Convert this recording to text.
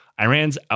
Iran's